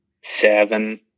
Seven